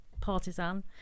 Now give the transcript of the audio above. partisan